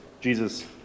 Jesus